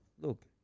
look